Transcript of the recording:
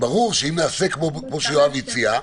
שברור שאם נעשה כמו שיואב הציע,